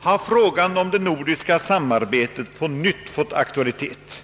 har frågan om det nordiska samarbetet på nytt fått ökad aktualitet.